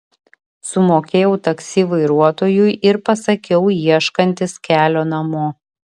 sumokėjau taksi vairuotojui ir pasakiau ieškantis kelio namo